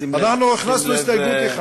שים לב,